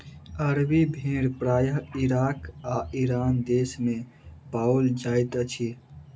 अरबी भेड़ प्रायः इराक आ ईरान देस मे पाओल जाइत अछि